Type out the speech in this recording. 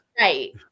right